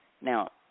Now